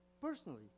Personally